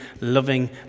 loving